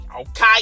okay